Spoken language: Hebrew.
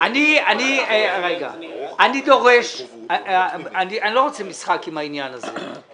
אני לא רוצה משחק עם העניין הזה.